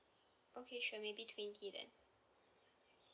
okay sure maybe twenty then